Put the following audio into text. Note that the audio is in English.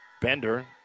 Bender